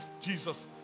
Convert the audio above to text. Jesus